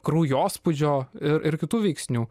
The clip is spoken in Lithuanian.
kraujospūdžio ir kitų veiksnių